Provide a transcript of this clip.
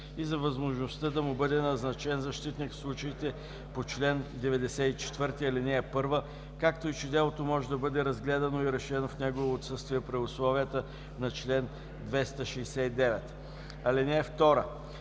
и за възможността да му бъде назначен защитник в случаите по чл. 94, ал. 1, както и че делото може да бъде разгледано и решено в негово отсъствие при условията на чл. 269. (2) За